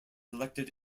elected